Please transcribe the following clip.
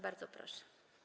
Bardzo proszę.